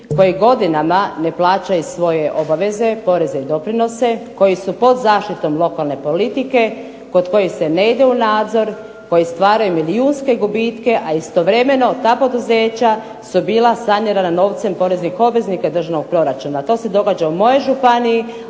koji godinama ne plaćaju svoje obaveze, poreze i doprinose, koji su pod zaštitom lokalne politike, kod kojih se ne ide u nadzor, koji stvaraju milijunske gubitke, a istovremeno ta poduzeća su bila sanirana novcem poreznih obveznika i državnog proračuna. To se događa u mojoj županiji,